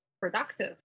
productive